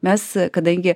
mes kadangi